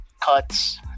cuts